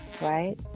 right